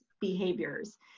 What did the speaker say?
behaviors